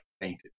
fainted